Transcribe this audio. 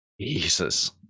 Jesus